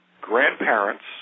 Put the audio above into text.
grandparents